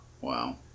Wow